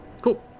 cool.